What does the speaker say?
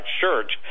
Church